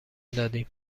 دادیم